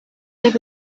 live